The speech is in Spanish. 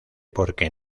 porque